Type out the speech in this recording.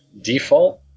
default